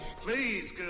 Please